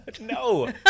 No